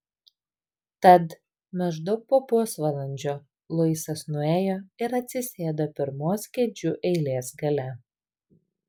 tad maždaug po pusvalandžio luisas nuėjo ir atsisėdo pirmos kėdžių eilės gale